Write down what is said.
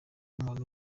umuntu